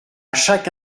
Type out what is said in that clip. chaque